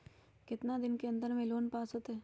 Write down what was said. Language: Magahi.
कितना दिन के अन्दर में लोन पास होत?